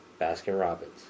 Baskin-Robbins